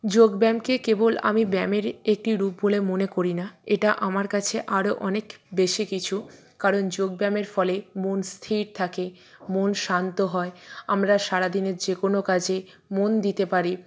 যোগ ব্যায়ামকে কেবল আমি ব্যায়ামের একটি রূপ বলে মনে করি না এটা আমার কাছে আরও অনেক বেশি কিছু কারণ যোগ ব্যায়ামের ফলে মন স্থির থাকে মন শান্ত হয় আমরা সারা দিনের যে কোনো কাজে মন দিতে পারি